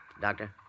Doctor